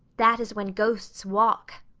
that is when ghosts walk.